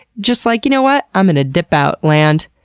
just like, you know what? i'm gonna dip out, land.